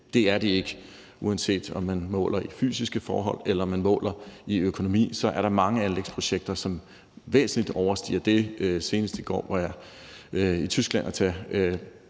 Det er det ikke. Uanset om man måler i fysiske forhold eller man måler i økonomien, er der mange anlægsprojekter, som væsentligt overstiger det. Senest i går var jeg i Tyskland for at tage